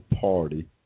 party